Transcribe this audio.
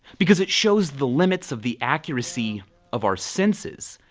because it shows the limits of the accuracy of our senses,